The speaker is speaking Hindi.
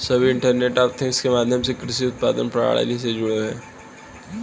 सभी इंटरनेट ऑफ थिंग्स के माध्यम से कृषि उत्पादन प्रणाली में जुड़े हुए हैं